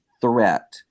threat